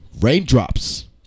Raindrops